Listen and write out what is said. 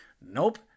Nope